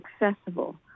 accessible